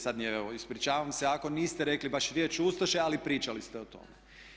Sada nije, evo ispričavam se ako niste rekli baš riječ ustaše, ali pričali ste o tome.